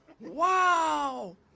Wow